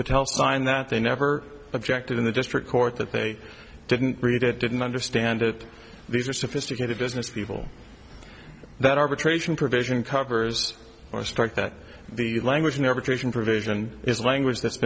patel sign that they never objected in the district court that they didn't read it didn't understand it these are sophisticated business people that arbitration provision covers or start that the language never creation provision is language that's